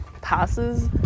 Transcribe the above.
passes